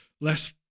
Less